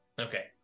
Okay